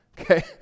okay